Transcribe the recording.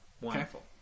Wonderful